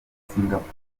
singapore